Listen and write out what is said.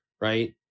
Right